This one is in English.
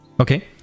Okay